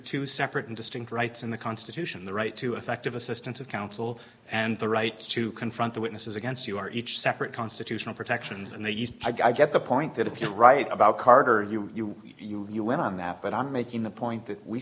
two separate and distinct rights in the constitution the right to effective assistance of counsel and the right to confront the witnesses against you are each separate constitutional protections and they used i get the point that if you're right about carter you you you you went on that but i'm making the point that we